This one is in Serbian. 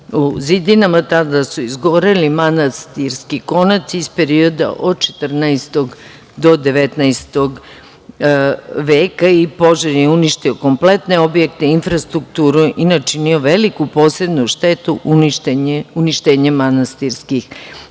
u zidinama. Tada su izgoreli manastirski konaci iz perioda od 14. do 19. veka i požar je uništio kompletne objekte, infrastrukturu i načinio veliku posebnu štetu uništenjem manastirskih